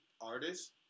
artist